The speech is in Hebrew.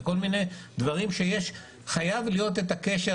וכל מיני דברים שבשבילם חייב להיות את הקשר